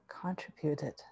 contributed